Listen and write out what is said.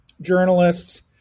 journalists